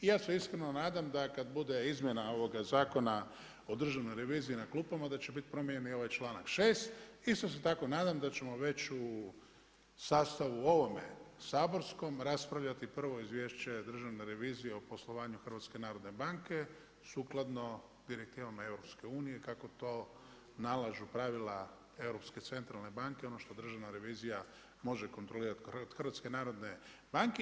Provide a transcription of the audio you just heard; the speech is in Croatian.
Ja se iskreno nadam da kad bude izmjena ovoga Zakona o Državnoj reviziji na klupama, da će biti promijenjen i ovaj članak 6., isto se tako nadam da ćemo već u sastavu ovome saborskom, raspravljati o prvom izvješće Državne revizije o poslovanju HNB-a sukladno direktivama EU-a, kako to nalažu pravila europske Centralne banke, ono što Državna revizija može kontrolirati od HNB-a.